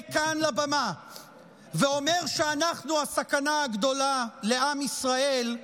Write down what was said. כאן לבמה ואומר שאנחנו הסכנה הגדולה לעם ישראל,